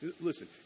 Listen